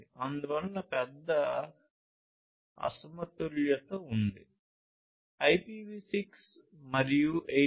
అందువల్ల పెద్ద అసమతుల్యత ఉంది IPv6 మరియు 802